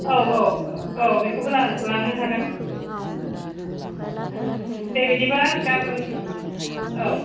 औ औ औ बेखौबो लांनो हागोन ओं दे बिदिबा गाबोन औ